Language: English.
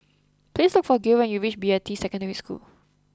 please look for Gil when you reach Beatty Secondary School